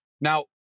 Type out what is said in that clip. now